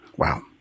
Wow